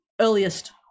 earliest